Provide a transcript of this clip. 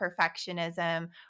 perfectionism